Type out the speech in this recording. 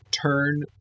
turn